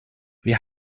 wir